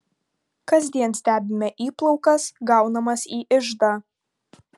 kasdien stebime įplaukas gaunamas į iždą